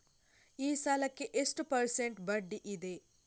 ಈ ಸಾಲಕ್ಕೆ ಎಷ್ಟು ಪರ್ಸೆಂಟ್ ಬಡ್ಡಿ ಇದೆ?